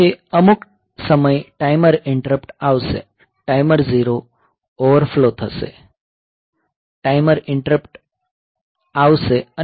વચ્ચે અમુક સમય ટાઈમર ઈન્ટરપ્ટ આવશે ટાઈમર 0 ઓવરફ્લો થશે ટાઈમર ઈન્ટરપ્ટ આવશે